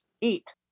eat